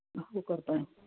हो करत आहे